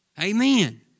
Amen